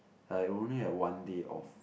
I only have one day off